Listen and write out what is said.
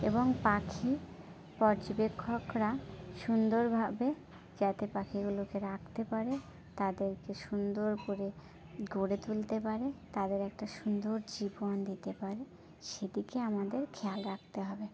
এবং পাখি পর্যবেক্ষকরা সুন্দর ভাবে যাতে পাখিগুলোকে রাখতে পারে তাদেরকে সুন্দর করে গড়ে তুলতে পারে তাদের একটা সুন্দর জীবন দিতে পারে সে দিকে আমাদের খেয়াল রাখতে হবে